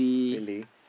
really